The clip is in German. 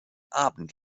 abend